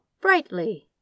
brightly